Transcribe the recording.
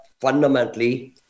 fundamentally